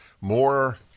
more